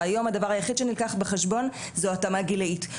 והיום הדבר היחיד שנלקח בחשבון זה התאמה גילאית.